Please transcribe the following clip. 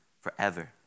forever